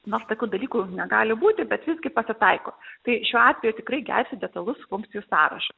nors tokių dalykų negali būti bet visgi pasitaiko tai šiuo atveju tikrai gelbsti detalus funkcijų sąrašas